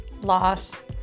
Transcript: loss